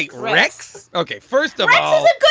like rex okay, first of all,